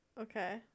okay